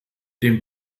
dem